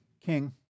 king